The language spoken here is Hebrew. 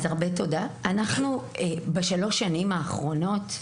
בשלוש השנים האחרונות,